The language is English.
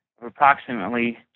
approximately